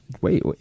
Wait